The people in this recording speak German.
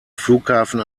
flughafen